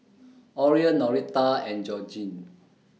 Orion Norita and Georgine